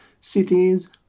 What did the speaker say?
cities